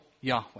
Yahweh